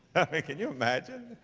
huh, can you imagine?